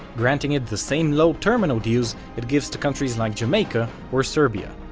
granting it the same low terminal dues it gives to countries like jamaica or serbia.